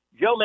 Joe